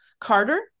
Carter